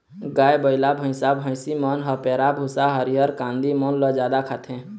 गाय, बइला, भइसा, भइसी मन ह पैरा, भूसा, हरियर कांदी मन ल जादा खाथे